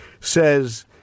says